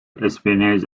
espionage